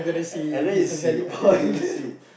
and then he will see and then you will see